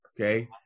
okay